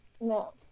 No